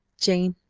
jane,